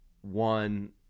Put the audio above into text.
One